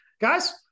Guys